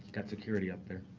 got security up there.